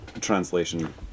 translation